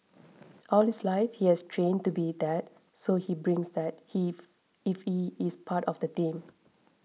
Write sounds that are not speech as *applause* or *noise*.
all his life he has trained to be that so he brings that *unintelligible* if he is part of the team